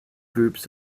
groups